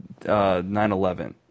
9-11